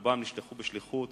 רובם נשלחו בשליחות,